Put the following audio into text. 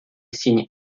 signe